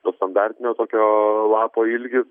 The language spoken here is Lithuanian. to standartinio tokio lapo ilgis